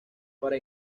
para